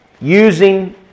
using